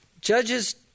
Judges